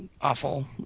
awful